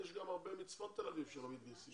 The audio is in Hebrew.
יש גם הרבה מצפון תל אביב שלא מתגייסים